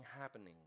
happening